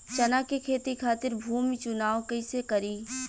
चना के खेती खातिर भूमी चुनाव कईसे करी?